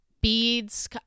beads